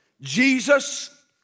Jesus